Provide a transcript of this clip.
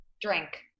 Drink